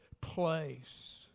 place